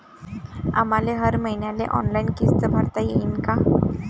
आम्हाले हर मईन्याले ऑनलाईन किस्त भरता येईन का?